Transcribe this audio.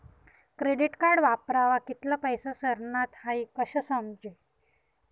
credit card वापरावर कित्ला पैसा सरनात हाई कशं समजी